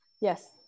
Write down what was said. Yes